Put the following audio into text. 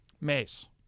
Mace